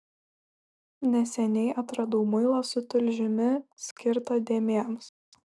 neseniai atradau muilą su tulžimi skirtą dėmėms